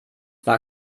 war